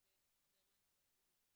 אז זה מתחבר לנו בדיוק.